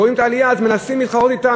הם רואים את העלייה אז מנסים להתחרות אתם